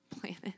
planet